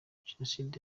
jenoside